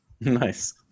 Nice